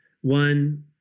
one